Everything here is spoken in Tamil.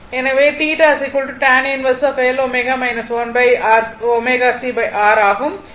எனவே ஆகும்